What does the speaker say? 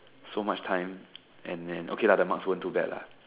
so much time and then okay lah the marks weren't too bad lah